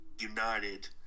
united